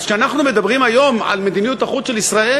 אז כשאנחנו מדברים היום על מדיניות החוץ של ישראל